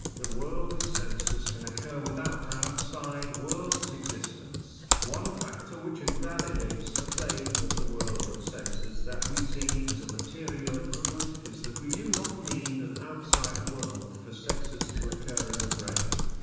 the world of senses can occur without outside world's existence one factor which invalidates the claim that the world of senses that we see has a material equivalent is that we do not need an outside world for senses to occur in the brain.